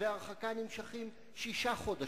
צווי ההרחקה נמשכים שישה חודשים.